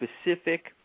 specific